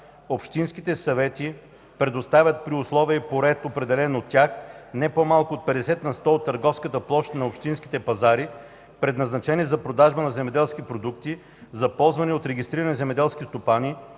Общинските съвети предоставят при условия и по ред, определени от тях, не по-малко от 50 на сто от търговската площ на общинските пазари, предназначени за продажба на земеделски продукти, за ползване от регистрирани земеделски стопани,